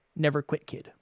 neverquitkid